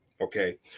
Okay